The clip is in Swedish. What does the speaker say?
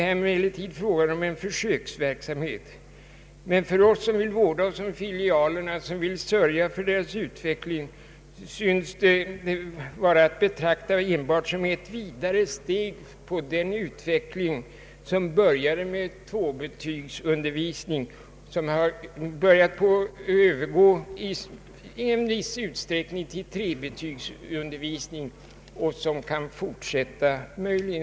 Det är emellertid fråga om en försöksverksamhet, och för oss som vill vårda oss om universitetsfilialerna och sörja för deras utveckling synes denna försöksverksamhet vara att betrakta enbari som ett vidare steg på den utveckling som började med tvåbetygsundervisning och i viss utsträckning övergått till tre betygsundervisning för att i framtiden kunna fortsätta till forskarutbildning.